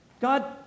god